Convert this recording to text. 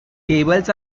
cables